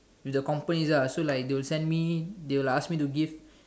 the companies ah so like they will send me they will ask me to give